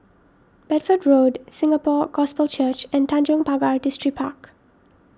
Bedford Road Singapore Gospel Church and Tanjong Pagar Distripark